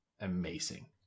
amazing